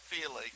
feeling